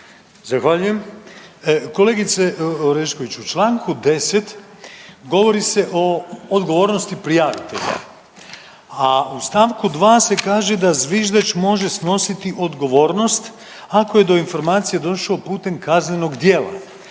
(Možemo!)** Kolegice Orešković, u čl. 10. govori se o odgovornosti prijavitelja, a u st. 2. se kaže da zviždač može snositi odgovornost ako je do informacije došao putem kaznenog djela.